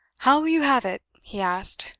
how will you have it? he asked.